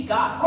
God